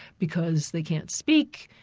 because they can't speak,